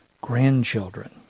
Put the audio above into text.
grandchildren